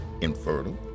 infertile